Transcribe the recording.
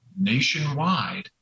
nationwide